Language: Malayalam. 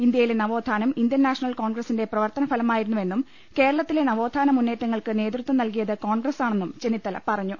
ഇന്ത്യയിലെ നവോത്ഥാനം ഇന്ത്യൻ നാഷണൽ കോൺഗ്രസിന്റെ പ്രവർത്തന ഫലമായിരുന്നു വെന്നും കേരളത്തിലെ നവോത്ഥാന മുന്നേറ്റങ്ങൾക്ക് നേതൃത്വം നൽകിയത് കോൺഗ്രസാണെന്നും ചെന്നിത്തല പറഞ്ഞു